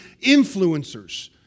influencers